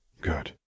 Good